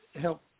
help